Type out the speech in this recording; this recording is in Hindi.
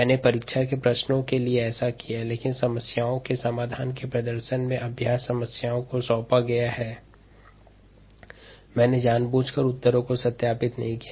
मैंने परीक्षा के प्रश्नों के लिए ऐसा किया है लेकिन यहाँ अभ्यास की समस्याओं को समस्याओं के समाधान के प्रदर्शन के अंतर्गत सौंपा गया है इसलिए मैंने जानबूझकर अपने उत्तरों को सत्यापन नहीं किया है